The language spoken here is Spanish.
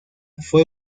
fue